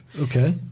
okay